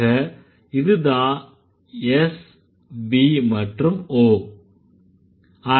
ஆக இதுதான் S V மற்றும் O